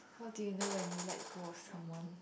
how do you know when you let go of someone